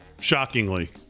shockingly